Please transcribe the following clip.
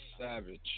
Savage